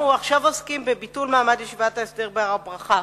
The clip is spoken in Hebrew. אנחנו עוסקים עכשיו בביטול מעמד ישיבת ההסדר בהר-ברכה.